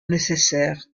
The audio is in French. nécessaire